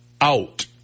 out